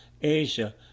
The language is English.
Asia